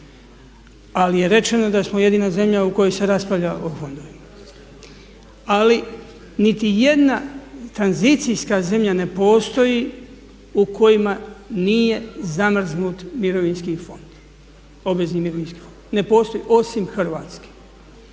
Ali je rečeno da smo jedina zemlja u kojoj se raspravlja o fondovima. Ali niti jedna tranzicijska zemlja ne postoji u kojima nije zamrznut mirovinski fond, obvezni mirovinski fond, ne postoji osim Hrvatske.